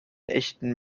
echten